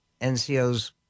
ncos